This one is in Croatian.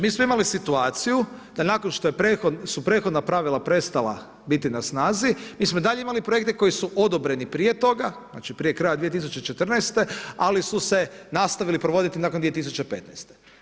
Mi smo imali situaciju da nakon što su prethodna pravila prestala biti na snazi, mi smo i dalje imali projekte koje su odobreni prije toga, znači prije kraja 2014. ali su se nastavili provoditi nakon 2015.